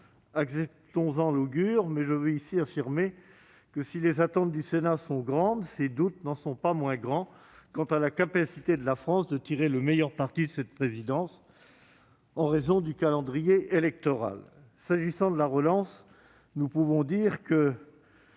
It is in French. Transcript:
Acceptons-en l'augure, mais je veux ici affirmer que, si les attentes du Sénat sont grandes, ses doutes n'en sont pas moins grands quant à la capacité de la France de tirer le meilleur parti de cette présidence, en raison du calendrier électoral. Pour ce qui est de la relance, nous pouvons dire que